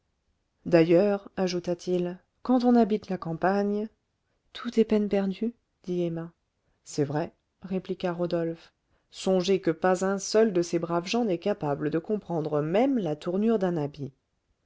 d'ailleurs ajouta-t-il quand on habite la campagne tout est peine perdue dit emma c'est vrai répliqua rodolphe songer que pas un seul de ces braves gens n'est capable de comprendre même la tournure d'un habit